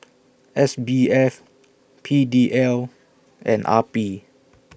S B F P D L and R P